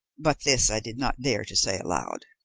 but this i did not dare to say aloud.